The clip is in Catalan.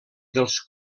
dels